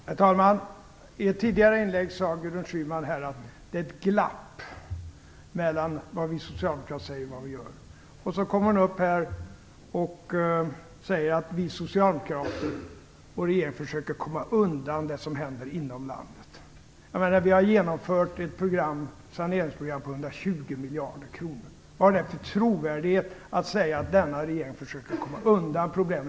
Herr talman! I ett tidigare inlägg sade Gudrun Schyman att det är ett glapp mellan vad vi socialdemokrater säger och vad vi gör. Nu säger hon att vi socialdemokrater och regeringen försöker komma undan det som händer inom landet. Vi har genomfört ett saneringsprogram på 120 miljarder kronor. Hur trovärdig är man då när man säger att denna regering försöker komma undan problemen?